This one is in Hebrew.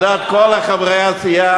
על דעת כל חברי הסיעה,